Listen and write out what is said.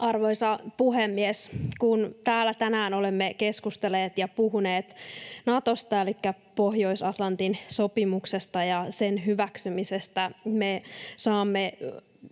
Arvoisa puhemies! Kun täällä tänään olemme keskustelleet ja puhuneet Natosta elikkä Pohjois-Atlantin sopimuksesta ja sen hyväksymisestä, me saamme